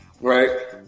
right